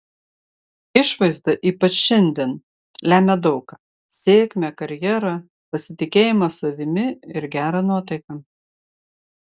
išvaizda ypač šiandien lemia daug ką sėkmę karjerą pasitikėjimą savimi ir gerą nuotaiką